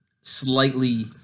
slightly